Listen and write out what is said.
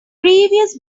previous